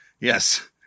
Yes